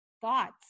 thoughts